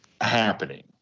happening